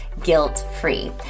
guilt-free